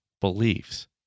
beliefs